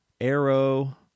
Arrow